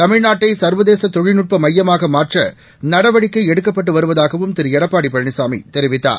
தமிழ்நாட்டை சர்வதேச தொழில்நுட்ப மையமாக மாற்ற நடவடிக்கை எடுக்கப்பட்டு வருவதாகவும் திரு எடப்பாடி பழனிசாமி தெரிவித்தார்